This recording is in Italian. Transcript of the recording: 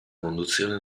conduzione